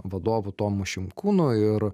vadovu tomu šimkūnu ir